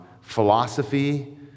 philosophy